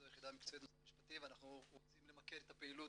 זו יחידה מקצועית במשרד המשפטים ואנחנו רוצים למקד את הפעילות